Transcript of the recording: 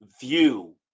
view